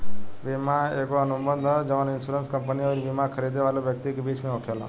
बीमा एगो अनुबंध ह जवन इन्शुरेंस कंपनी अउरी बिमा खरीदे वाला व्यक्ति के बीच में होखेला